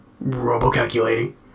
robo-calculating